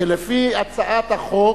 שלפי הצעת החוק,